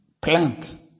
plant